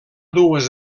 dues